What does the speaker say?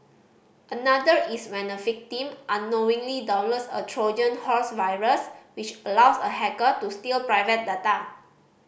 another is when a victim unknowingly downloads a Trojan horse virus which allows a hacker to steal private data